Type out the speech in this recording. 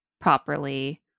properly